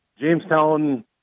Jamestown